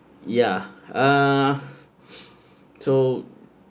ya uh so